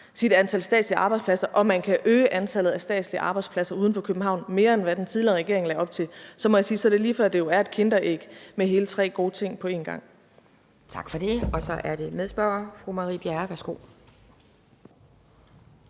sit antal statslige arbejdspladser, og man kan øge antallet af statslige arbejdspladser uden for København mere, end hvad den tidligere regering lagde op til, så må jeg sige, at det er lige før, det jo er et kinderæg med hele tre gode ting på en gang. Kl. 13:13 Anden næstformand (Pia Kjærsgaard):